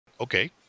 Okay